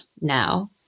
now